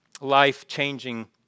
life-changing